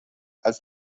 als